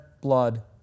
blood